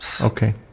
Okay